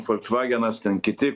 folksvagenas ten kiti